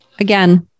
Again